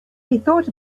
thought